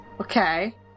Okay